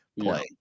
play